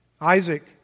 Isaac